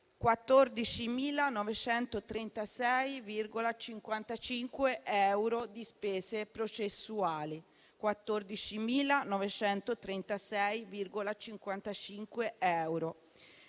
14.936,55 euro di spese processuali.